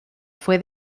fue